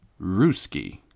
Ruski